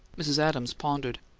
mrs. adams pondered.